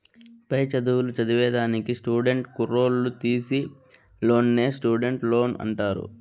పై చదువులు చదివేదానికి స్టూడెంట్ కుర్రోల్లు తీసీ లోన్నే స్టూడెంట్ లోన్ అంటారు